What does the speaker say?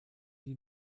die